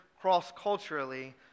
cross-culturally